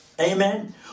amen